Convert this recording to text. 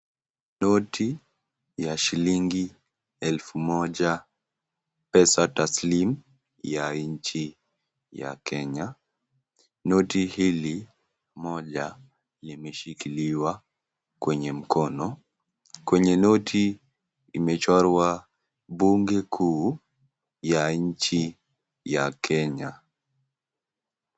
Noti ya shilingi elfu moja pesa taslimu ya nji ya Kenya. Noti hili moja limeshikiliwa kwenye mkono. Kwenye noti imechorwa bunge kuu la nji ya Kenya.